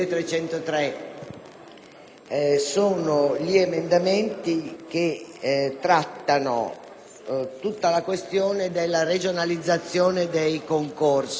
Sono tutti emendamenti che trattano la questione della regionalizzazione dei concorsi,